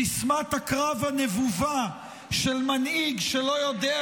סיסמת הקרב הנבובה של מנהיג שלא יודע